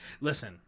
Listen